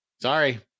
Sorry